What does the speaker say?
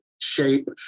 shape